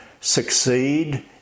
succeed